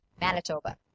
Manitoba